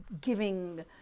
giving